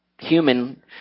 human